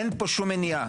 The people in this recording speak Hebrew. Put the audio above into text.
אין פה שום מניעה.